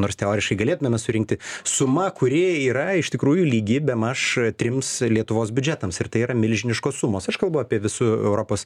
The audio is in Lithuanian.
nors teoriškai galėtumėme surinkti suma kuri yra iš tikrųjų lygi bemaž trims lietuvos biudžetams ir tai yra milžiniškos sumos aš kalbu apie visų europos